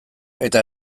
eta